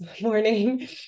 morning